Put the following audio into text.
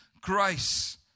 grace